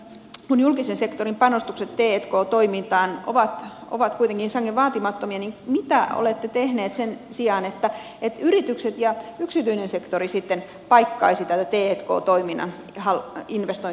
kun julkisen sektorin panostukset t k toimintaan ovat kuitenkin sangen vaatimattomia niin mitä olette tehneet sen eteen että yritykset ja yksityinen sektori sitten paikkaisivat tätä t k toiminnan investointihalukkuutta